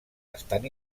estan